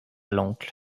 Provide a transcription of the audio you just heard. l’oncle